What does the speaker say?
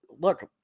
look